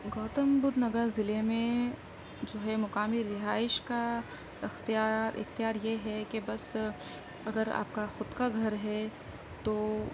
گوتم بدھ نگر ضلعے میں جو ہے مقامی رہائش کا اختیا اختیار یہ ہے کہ بس اگر آپ کا خود کا گھر ہے تو